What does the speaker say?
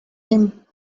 him